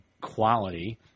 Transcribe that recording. quality